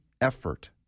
effort